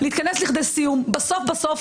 בסוף בסוף,